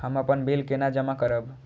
हम अपन बिल केना जमा करब?